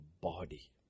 body